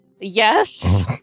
Yes